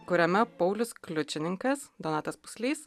kuriame paulius kliučininkas donatas puslys